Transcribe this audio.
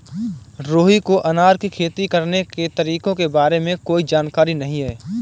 रुहि को अनार की खेती करने के तरीकों के बारे में कोई जानकारी नहीं है